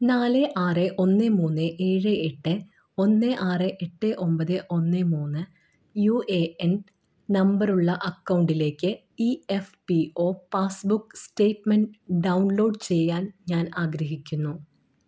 നാല് ആറ് ഒന്ന് മൂന്ന് ഏഴ് എട്ട് ഒന്ന് ആറ് എട്ട് ഒമ്പത് ഒന്ന് മൂന്ന് യു എ എൻ നമ്പറുള്ള അക്കൗണ്ടിലേക്ക് E F P O passbook statement download ചെയ്യാൻ ഞാൻ ആഗ്രഹിക്കുന്നു